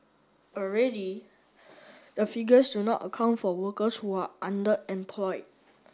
already the figures do not account for workers who are underemployed